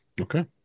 Okay